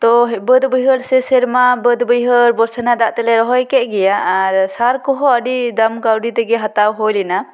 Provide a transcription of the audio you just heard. ᱛᱚ ᱵᱟᱺᱫ ᱵᱟᱹᱭᱦᱟᱹᱲ ᱥᱮ ᱥᱮᱨᱢᱟ ᱵᱟᱹᱫ ᱵᱟᱹᱭᱦᱟᱹᱲ ᱵᱚᱨᱥᱟ ᱨᱮᱱᱟᱜ ᱫᱟᱜ ᱛᱮᱞᱮ ᱨᱚᱦᱚᱭ ᱠᱮᱫ ᱜᱮ ᱟᱨ ᱥᱟᱨ ᱠᱚᱦᱚᱸ ᱟᱹᱰᱤ ᱫᱟᱢ ᱠᱟᱹᱣᱰᱤ ᱛᱮᱜᱮ ᱦᱟᱛᱟᱣ ᱦᱩᱭ ᱞᱮᱱᱟ